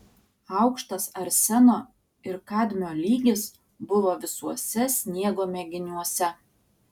aukštas arseno ir kadmio lygis buvo visuose sniego mėginiuose